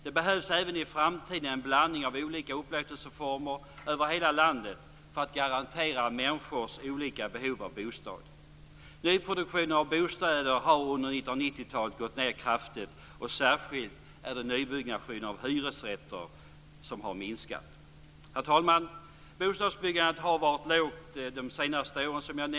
Det behövs även i framtiden en blandning av olika upplåtelseformer över hela landet för att garantera människors olika behov av bostad. Nyproduktionen av bostäder har under 1990-talet gått ned kraftigt, och särskilt är det nybyggnationen av hyresrätter som har minskat. Herr talman! Som jag nämnde har bostadsbyggandet varit lågt de senaste åren.